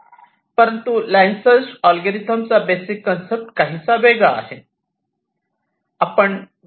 परंतु line search algorithm चा basic concept काहीसा वेगळा आहे